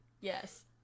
Yes